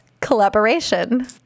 collaboration